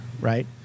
right